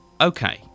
okay